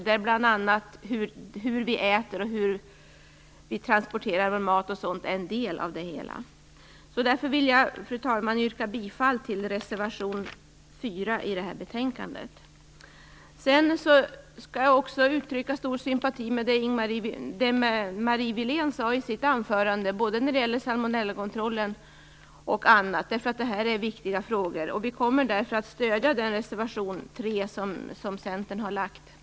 Hur vi äter och hur vi transporterar vår mat är en del av det hela. Därför vill jag, fru talman, yrka bifall till reservation 4 till detta betänkande. Jag vill också uttrycka stor sympati för det Marie Wilén sade i sitt anförande, både när det gäller salmonellakontrollen och annat. Detta är viktiga frågor. Vi kommer därför att stödja reservation 3 som Centerpartiet har utformat.